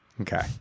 Okay